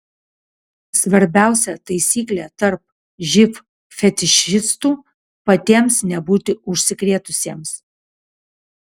svarbiausia taisyklė tarp živ fetišistų patiems nebūti užsikrėtusiems